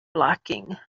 blocking